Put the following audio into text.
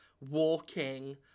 walking